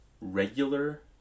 Regular